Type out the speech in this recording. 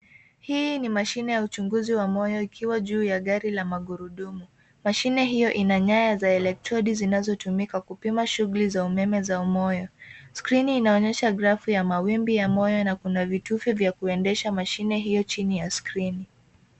Hii ni mashine ya uchunguzi wa moyo ikiwa juu ya gari la magurudumu. Mashine hiyo ina nyaya za elektrodi zinazotumikwa kupima shughuli za umeme za moyo. Skrini inaonyesha grafu ya mawimbi ya moyo na kuna vitufe vya kuendesha mashine hiyo chini ya skrini.